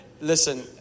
listen